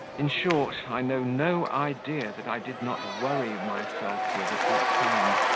in short, i know no idea that i did not worry myself with at that time.